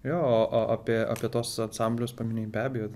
jo o apie apie tuos ansamblius paminėjai be abejo